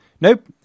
Nope